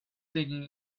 taking